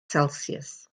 celsius